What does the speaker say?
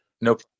Nope